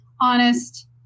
honest